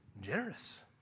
generous